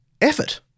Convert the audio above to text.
effort